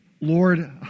Lord